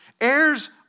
Heirs